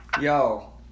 Yo